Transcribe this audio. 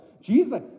Jesus